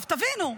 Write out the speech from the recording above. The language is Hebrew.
עכשיו תבינו,